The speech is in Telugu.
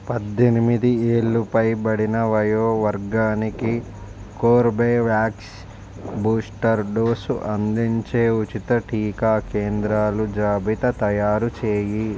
పద్దెనిమిది ఏళ్లు పైబడిన వయో వర్గానికి కోర్బేవ్యాక్స్ బూస్టర్ డోసు అందించే ఉచిత టీకా కేంద్రాలు జాబితా తయారు చేయి